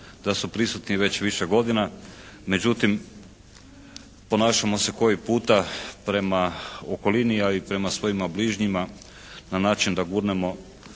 da su prisutni već više godina. Međutim, ponašamo se koji puta prema okolini, a i prema svojima bližnjima na način da gurnemo